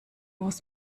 was